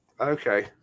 Okay